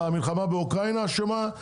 המלחמה באוקראינה אשמה,